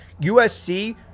usc